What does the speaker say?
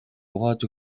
угааж